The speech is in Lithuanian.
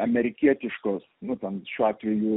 amerikietiškos nu ten šiuo atveju